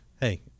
hey